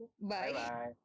bye